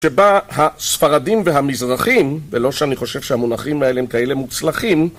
שבה הספרדים והמזרחים, ולא שאני חושב שהמונחים האלה הם כאלה מוצלחים